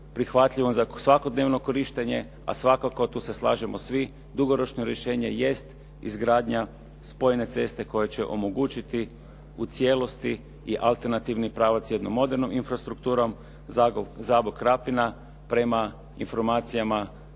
prihvatljivom za svakodnevno korištenje a svakako, tu se slažemo svi, dugoročno rješenje jest izgradnja spojne ceste koje će omogućiti u cijelosti i alternativni pravac jednom modernom infrastrukturom Zabok-Krapina. Prema informacijama